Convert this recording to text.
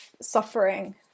suffering